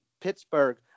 Pittsburgh